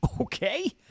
okay